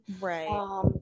Right